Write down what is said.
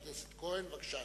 חבר הכנסת כהן, בבקשה.